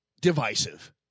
Divisive